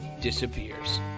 disappears